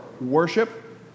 worship